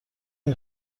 نمی